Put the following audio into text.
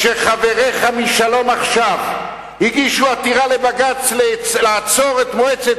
כשחבריך מ"שלום עכשיו" הגישו עתירה לבג"ץ לעצור את מועצת